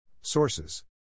Sources